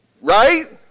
Right